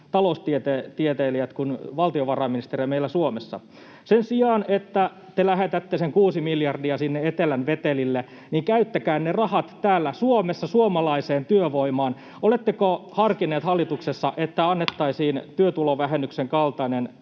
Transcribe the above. taloustieteilijät kuin valtiovarainministeriöllä meillä Suomessa? Sen sijaan, että te lähetätte sen 6 miljardia sinne etelän vetelille, niin käyttäkää ne rahat täällä Suomessa suomalaiseen työvoimaan. Oletteko harkinneet hallituksessa, että annettaisiin ehkä työtulovähennyksen kaltainen